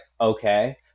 okay